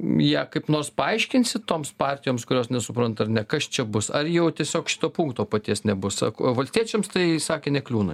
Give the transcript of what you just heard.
ją kaip nors paaiškinsit toms partijoms kurios nesupranta kas čia bus ar jau tiesiog punkto paties nebus valstiečiams tai sakė nekliūna